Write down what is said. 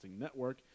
Network